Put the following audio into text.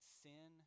sin